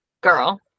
girl